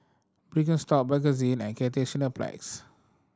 Birkenstock Bakerzin and Cathay Cineplex